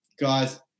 guys